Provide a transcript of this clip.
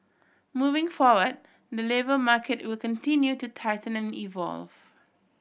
moving forward the labour market will continue to tighten and evolve